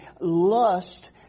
lust